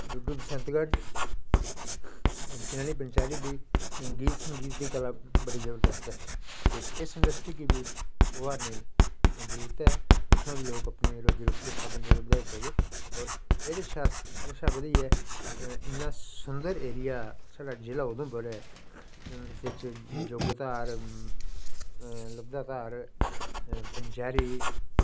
डुड्डु बसैंतगढ़ चनैनी पंचैरी दी गीत संगीत दी कला बड़ी जबरदस्त ऐ ते इस इडंसट्री गी बी उभारने जरूरत ऐ इत्थुआं बी लोक अपनी रोजी रुट्टिया साधन बधाई सकदे और एह्दे शा एह्दे शा बधियै इन्ना सुंदर एरिया साढ़ा जिला उधमपुर ऐ इस च जुग धार लद्दा धार पंचैरी